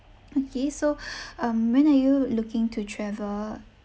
okay so um when are you looking to travel